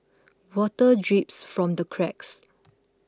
water drips from the cracks